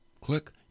click